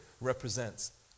represents